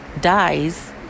dies